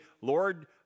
Lord